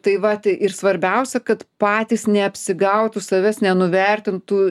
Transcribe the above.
tai va tai ir svarbiausia kad patys neapsigautų savęs nenuvertintų